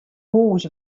hûs